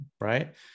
right